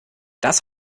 das